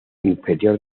inferior